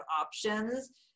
options